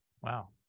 wow